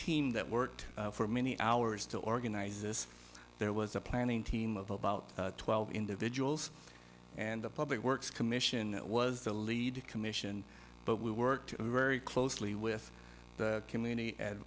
team that worked for many hours to organize this there was a planning team of about twelve individuals and the public works commission that was the lead to commission but we worked very closely with the community and